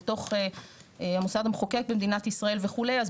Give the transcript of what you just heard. אל תוך המוסד המחוקק במדינת ישראל וכו' אז